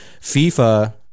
FIFA